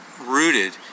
rooted